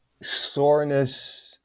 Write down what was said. soreness